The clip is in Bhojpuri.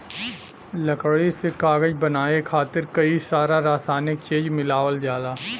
लकड़ी से कागज बनाये खातिर कई सारा रासायनिक चीज मिलावल जाला